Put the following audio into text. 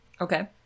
Okay